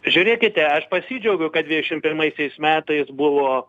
žiūrėkite aš pasidžiaugiau kad dvidešim pirmaisiais metais buvo